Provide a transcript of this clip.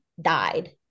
died